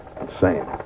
insane